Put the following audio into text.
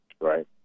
Right